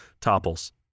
topples